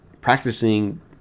practicing